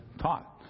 taught